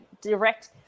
direct